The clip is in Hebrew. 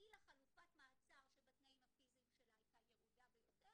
הפעילה חלופת מעצר שבתנאים הפיזיים שלה הייתה ירודה ביותר